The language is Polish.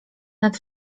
nad